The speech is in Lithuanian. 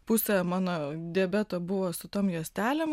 pusę mano diabeto buvo su tom juostelėm